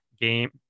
game